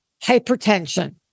hypertension